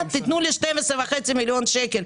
תנו לי 12.5 מיליון שקל,